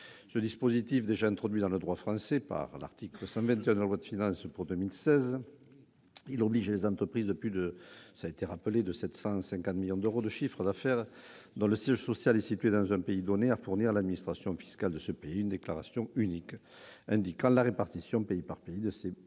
Ce dispositif, déjà introduit dans le droit français par l'article 121 de la loi de finances pour 2016, oblige les entreprises réalisant plus de 750 millions d'euros de chiffre d'affaires dont le siège social est situé dans un pays donné à fournir à l'administration fiscale de ce pays une déclaration unique indiquant la répartition, pays par pays, de leurs